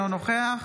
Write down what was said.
אינו נוכח